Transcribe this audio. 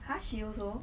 !huh! she also